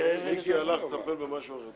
מיקי הלך לטפל במשהו אחר.